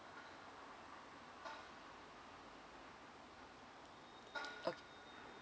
okay